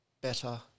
better